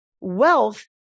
wealth